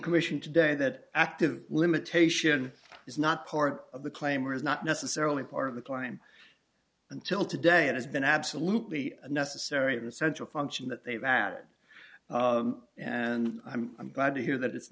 commission today that active limitation is not part of the claim or is not necessarily part of the climb until today it has been absolutely necessary of the central function that they've added and i'm glad to hear that it's